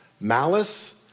malice